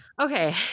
Okay